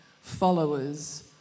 followers